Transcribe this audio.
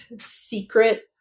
secret